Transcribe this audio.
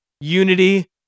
unity